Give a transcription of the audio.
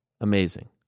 Amazing